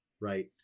Right